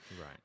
Right